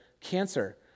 cancer